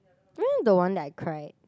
you know the one like cry